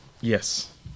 Yes